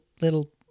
little